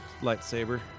lightsaber